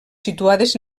situades